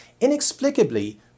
Inexplicably